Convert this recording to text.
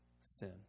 sin